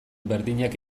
berdinak